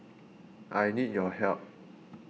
I need your help